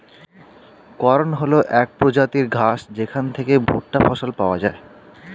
corn হল এক প্রজাতির ঘাস যেখান থেকে ভুট্টা ফসল পাওয়া যায়